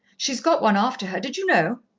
she's got one after her, did you know?